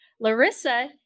Larissa